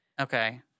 Okay